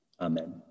Amen